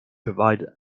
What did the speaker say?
provide